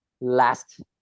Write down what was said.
last